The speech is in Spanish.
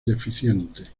deficiente